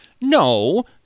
No